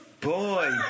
boy